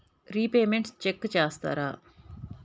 Repayments check చేస్తారా?